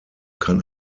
kann